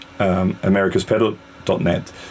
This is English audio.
Americaspedal.net